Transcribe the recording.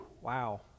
wow